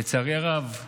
לצערי הרב,